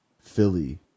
Philly